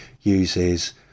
uses